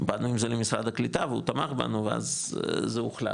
באנו עם זה למשרד הקליטה והוא תמך בנו ואז זה הוחלט,